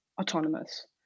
autonomous